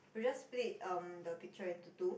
we just split um the picture into two